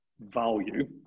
value